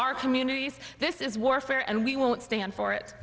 our communities this is warfare and we won't stand for it